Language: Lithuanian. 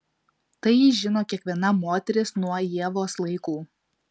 tai žino kiekviena moteris nuo ievos laikų